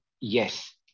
yes